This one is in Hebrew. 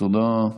תודה.